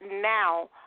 now